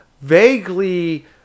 vaguely